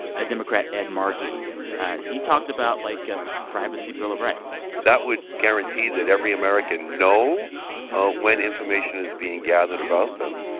ah democrat ed markey he talked about, like, a privacy bill of rights that would guarantee that every american know ah when information is being gathered about them,